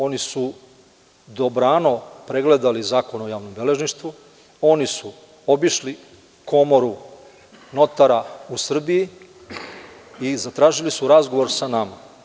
Oni su dobrano pregledali Zakon o javnom beležništvu, oni su obišli Komoru notara u Srbiji i zatražili su razgovor sa nama.